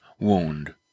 wound